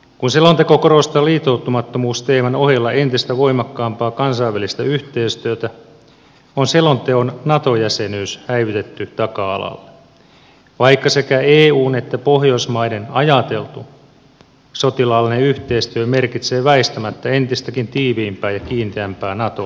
kun selonteko korostaa liittoutumattomuusteeman ohella entistä voimakkaampaa kansainvälistä yhteistyötä on selonteon nato jäsenyys häivytetty taka alalle vaikka sekä eun että pohjoismaiden ajateltu sotilaallinen yhteistyö merkitsee väistämättä entistäkin tiiviimpää ja kiinteämpää nato yhteistyötä